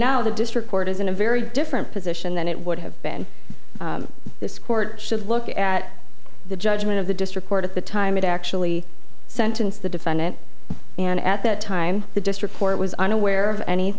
now the district court is in a very different position than it would have been this court should look at the judgment of the district court at the time it actually sentenced the defendant and at that time the district court was unaware of any